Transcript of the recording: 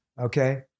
okay